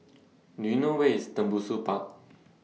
Do YOU know Where IS Tembusu Park